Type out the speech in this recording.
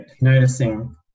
noticing